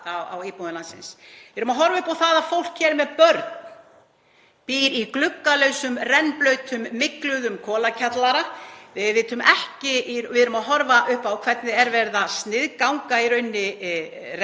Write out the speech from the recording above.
Við erum að horfa upp á það að fólk með börn býr í gluggalausum, rennblautum, mygluðum kolakjallara. Við erum að horfa upp á það hvernig er verið að sniðganga reglur um